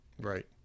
right